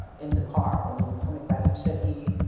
in the car when you were coming back? you said he,